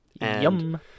Yum